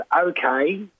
okay